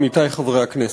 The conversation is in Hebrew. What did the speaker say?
עמיתי חברי הכנסת,